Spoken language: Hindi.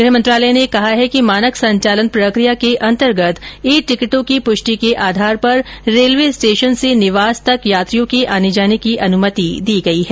गृह मंत्रालय ने कहा है कि मानक संचालन प्रक्रिया के अंतर्गत ई टिकटों की पुष्टि के आधार पर रेलवे स्टेशन से निवास तक यात्रियों के आने जाने की अनुमति दी गई है